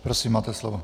Prosím, máte slovo.